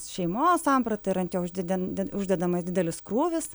šeimos sampratą ir ant jo uždėden uždedamas didelis krūvis